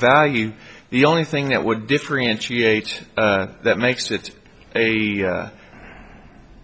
value the only thing that would differentiate that makes it a